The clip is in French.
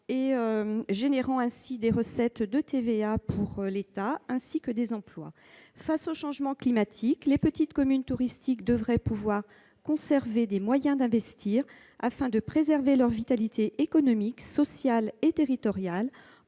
qui génère des recettes de TVA pour l'État et crée des emplois. Face au changement climatique, les petites communes touristiques devraient pouvoir conserver des moyens d'investir afin de préserver leur vitalité économique, sociale et territoriale